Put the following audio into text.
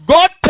God